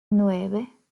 nueve